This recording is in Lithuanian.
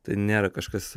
tai nėra kažkas